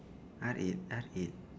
R eight R eight